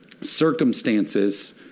Circumstances